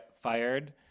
fired